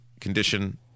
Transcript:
condition